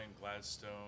Gladstone